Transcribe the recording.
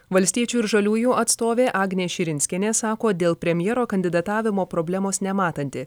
valstiečių ir žaliųjų atstovė agnė širinskienė sako dėl premjero kandidatavimo problemos nematanti